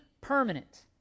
permanent